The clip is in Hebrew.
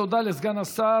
תודה לסגן השר.